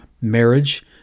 marriage